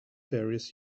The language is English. various